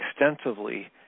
extensively